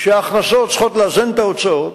שההכנסות צריכות לאזן את ההוצאות,